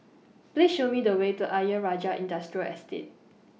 Please Show Me The Way to Ayer Rajah Industrial Estate